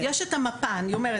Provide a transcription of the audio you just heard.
יש את המפה אני אומרת,